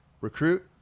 Recruit